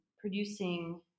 producing